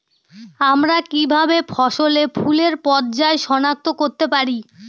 আমরা কিভাবে ফসলে ফুলের পর্যায় সনাক্ত করতে পারি?